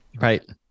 Right